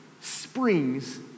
springs